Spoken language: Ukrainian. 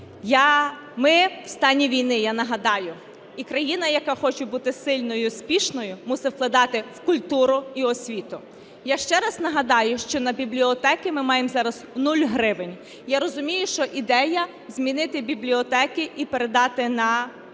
Ми в стані війни, я нагадаю, і країна, яка хоче бути сильною і успішною мусить вкладати в культуру і освіту. Я ще раз нагадаю, що на бібліотеки ми маємо зараз нуль гривень. Я розумію, що ідея змінити бібліотеки і передати на місцеве